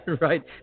Right